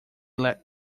let